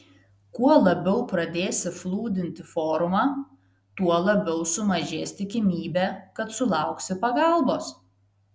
kuo labiau pradėsi flūdinti forumą tuo labiau sumažės tikimybė kad sulauksi pagalbos